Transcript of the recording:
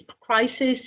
crisis